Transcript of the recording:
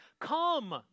come